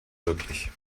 wirklich